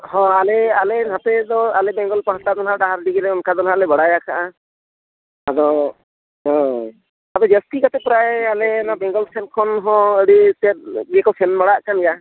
ᱦᱳᱭ ᱟᱞᱮ ᱟᱮ ᱱᱚᱛᱮ ᱫᱚ ᱟᱞᱮ ᱵᱮᱝᱜᱚᱞ ᱯᱟᱦᱴᱟ ᱫᱚ ᱦᱟᱸᱜ ᱰᱟᱦᱟᱨᱰᱤ ᱚᱱᱠᱟ ᱫᱚ ᱦᱟᱸᱜ ᱞᱮ ᱵᱟᱲᱟᱭ ᱠᱟᱜᱼ ᱟᱫᱚ ᱦᱳᱭ ᱟᱫᱚ ᱡᱟᱹᱥᱛᱤ ᱠᱟᱛᱮᱫ ᱯᱨᱟᱭ ᱟᱞᱮ ᱱᱚᱰᱮ ᱵᱮᱝᱜᱚᱞ ᱥᱮᱫ ᱠᱷᱚᱱ ᱦᱚᱸ ᱟᱹᱰᱤ ᱛᱮᱫ ᱤᱭᱟᱹ ᱠᱚ ᱥᱮᱱ ᱵᱟᱲᱟᱜ ᱠᱟᱱ ᱜᱮᱭᱟ